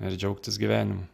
ir džiaugtis gyvenimu